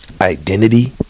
identity